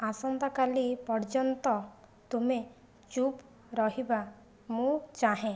ଆସନ୍ତାକାଲି ପର୍ଯ୍ୟନ୍ତ ତୁମେ ଚୁପ୍ ରହିବା ମୁଁ ଚାହେଁ